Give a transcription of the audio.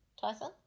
Tyson